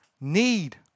need